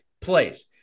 plays